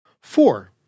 Four